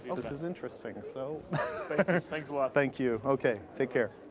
this is interesting. so thanks a lot. thank you. okay, take care.